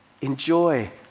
Enjoy